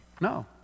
No